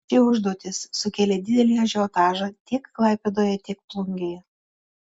ši užduotis sukėlė didelį ažiotažą tiek klaipėdoje tiek plungėje